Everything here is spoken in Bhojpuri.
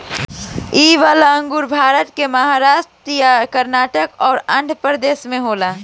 इ वाला अंगूर भारत के महाराष्ट् आ कर्नाटक अउर आँध्रप्रदेश में होला